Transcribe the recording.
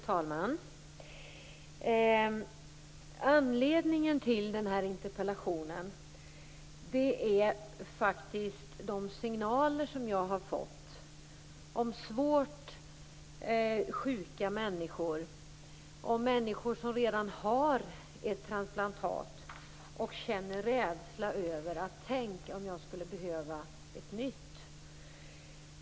Fru talman! Anledningen till den här interpellationen är de signaler jag har fått om svårt sjuka människor, om människor som redan har ett transplantat och känner rädsla över att de kanske skulle behöva ett nytt.